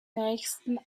nächsten